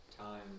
time